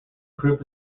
group